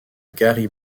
gary